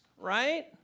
right